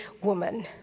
woman